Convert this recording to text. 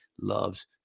loves